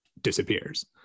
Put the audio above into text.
disappears